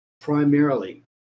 primarily